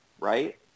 right